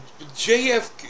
JFK